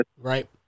Right